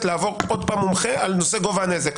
לעבור עוד פעם מומחה על נושא גובה הנזק.